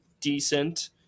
decent